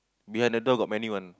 behind the door got many one